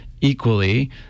equally